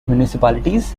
municipalities